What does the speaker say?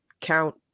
count